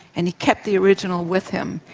and he kept the original with him,